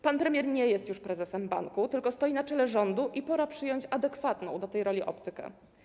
Pan premier nie jest już prezesem banku, tylko stoi na czele rządu i pora przyjąć adekwatną do tej roli optykę.